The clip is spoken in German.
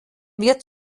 wird